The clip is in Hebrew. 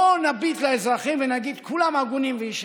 בואו נביט על האזרחים ונגיד: כולם הגונים וישרים,